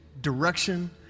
direction